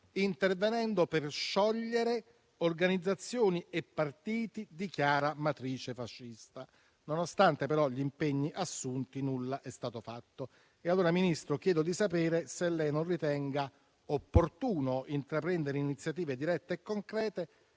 intervenendo per sciogliere organizzazioni e partiti di chiara matrice fascista. Nonostante gli impegni assunti, però, nulla è stato fatto. Signor Ministro, chiedo di sapere se lei non ritenga opportuno intraprendere iniziative dirette e concrete